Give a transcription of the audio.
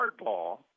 hardball